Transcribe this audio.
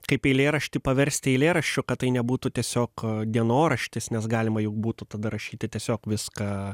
kaip eilėraštį paversti eilėraščiu kad tai nebūtų tiesiog dienoraštis nes galima juk būtų tada rašyti tiesiog viską